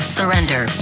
surrender